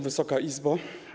Wysoka Izbo!